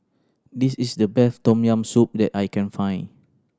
this is the best Tom Yam Soup that I can find